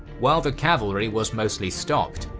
while the cavalry was mostly stopped,